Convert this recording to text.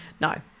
No